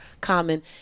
common